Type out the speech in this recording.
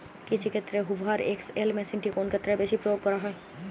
কৃষিক্ষেত্রে Hoover XL মেশিনটি কোন ক্ষেত্রে বেশি প্রয়োগ করা হয়?